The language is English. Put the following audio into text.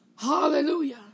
Hallelujah